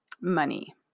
money